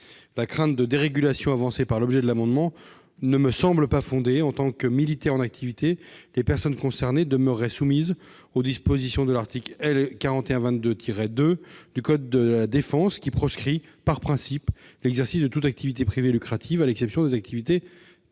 La crainte d'une dérégulation avancée par les auteurs de cet amendement ne me semble pas fondée. En tant que militaires en activité, les personnes concernées demeureraient soumises aux dispositions de l'article L. 4122-2 du code de la défense, qui proscrit, par principe, l'exercice de toute activité privée lucrative, à l'exception des activités prévues